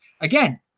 Again